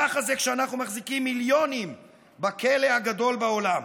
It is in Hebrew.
ככה זה כשאנחנו מחזיקים מיליונים בכלא הגדול בעולם.